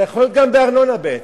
זה יכול להיות גם בארנונה, בעצם.